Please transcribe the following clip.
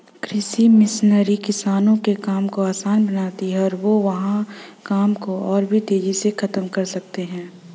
कृषि मशीनरी किसानों के काम को आसान बनाती है और वे वहां काम को और भी तेजी से खत्म कर सकते हैं